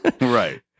Right